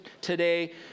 today